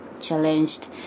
challenged